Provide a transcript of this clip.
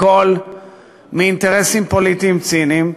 הכול מאינטרסים פוליטיים ציניים,